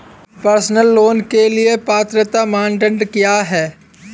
Personal loan के लिए पात्रता मानदंड क्या हैं?